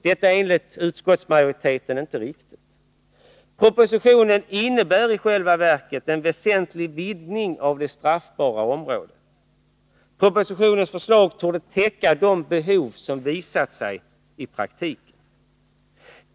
Detta är enligt utskottsmajoriteten inte riktigt. Propositionen innebär i själva verket en väsentlig vidgning av det straffbara området. Propositionens förslag torde täcka de behov som visat sig föreligga i praktiken.